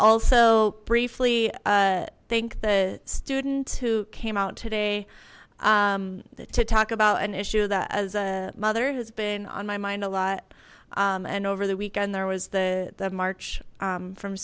also briefly thank the students who came out today to talk about an issue that as a mother has been on my mind a lot and over the weekend there was the the march from